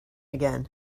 again